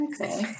Okay